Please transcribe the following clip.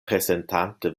prezentante